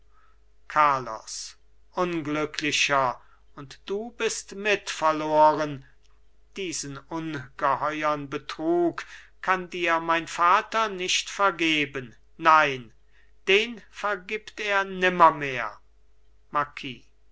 carlos unglücklicher und du bist mit verloren diesen ungeheuern betrug kann dir mein vater nicht vergeben nein den vergibt er